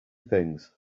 things